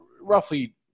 roughly